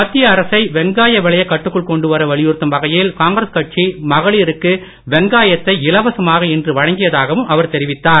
மத்திய அரசை வெங்காய விலையை கட்டுக்குள் கொண்டு வர வற்புறுத்தும் வகையில் காங்கிரஸ் கட்சி மகளிருக்கு வெங்காயத்தை இலவசமாக இன்று வழங்கியதாகவும் அவர் தெரிவித்தார்